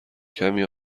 کمی